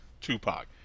Tupac